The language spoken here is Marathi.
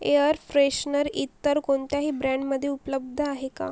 एअर फ्रेशनर इतर कोणत्याही ब्रँडमधे उपलब्ध आहे का